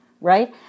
right